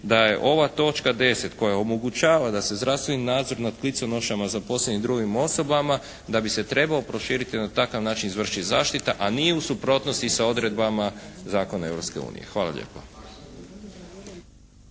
da je ova točka 10. koja omogućava da se zdravstveni nadzor nad kliconošama …/Govornik se ne razumije./… i drugim osobama da bi se trebao proširiti i na takav način izvršiti zaštita, a nije u suprotnosti sa odredbama zakona Europske unije.